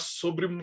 sobre